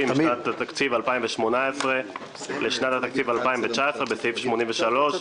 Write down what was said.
משנת התקציב 2018 לשנת התקציב 2019 בסעיף 83,